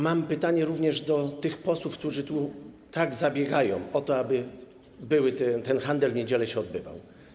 Mam pytanie również do tych posłów, którzy tak zabiegają o to, aby ten handel w niedzielę się odbywał.